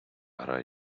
грає